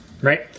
right